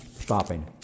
stopping